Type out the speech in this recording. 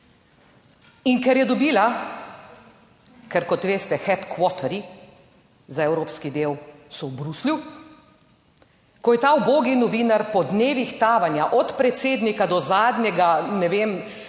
in ker je dobila, ker, kot veste, "headquarterji" za evropski del so v Bruslju, ko je ta ubogi novinar po dnevih tavanja od predsednika do zadnjega, ne vem,